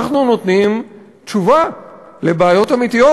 אנחנו נותנים תשובה על בעיות אמיתיות,